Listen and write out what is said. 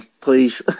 please